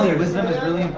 yeah wisdom is really